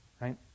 right